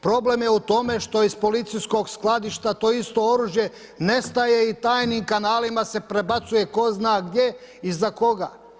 Problem je u tome što iz policijskog skladišta to isto oružje nestaje i tajnim kanalima se prebacuje tko zna gdje i za koga.